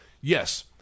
Yes